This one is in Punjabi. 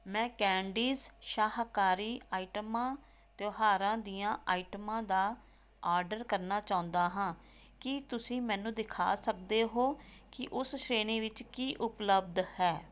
ਮੈਂ ਕੈਂਡੀਜ਼ ਸ਼ਾਹਕਾਰੀ ਆਈਟਮਾਂ ਤਿਉਹਾਰਾਂ ਦੀਆਂ ਆਈਟਮਾਂ ਦਾ ਆਰਡਰ ਕਰਨਾ ਚਾਹੁੰਦਾ ਹਾਂ ਕੀ ਤੁਸੀਂ ਮੈਨੂੰ ਦਿਖਾ ਸਕਦੇ ਹੋ ਕਿ ਉਸ ਸ਼੍ਰੇਣੀ ਵਿੱਚ ਕੀ ਉਪਲੱਬਧ ਹੈ